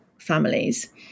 families